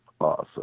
awesome